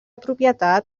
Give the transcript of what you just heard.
propietat